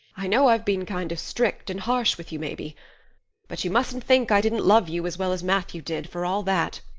i know i've been kind of strict and harsh with you maybe but you mustn't think i didn't love you as well as matthew did, for all that.